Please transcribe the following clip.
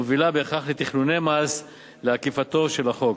מובילה בהכרח לתכנוני מס לעקיפת החוק.